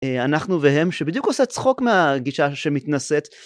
אנחנו והם שבדיוק עושה צחוק מהגישה שמתנשאת.